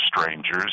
strangers